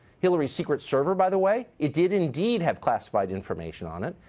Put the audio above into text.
hillary's secret server, by the way it did indeed have classified information on it.